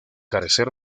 carece